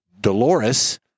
Dolores